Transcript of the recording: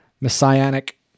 messianic